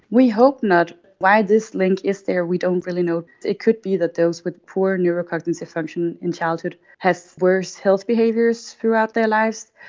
we hope not. why this link is there we don't really know. it could be that those with poor neurocognitive function in childhood have worse health behaviours throughout their life.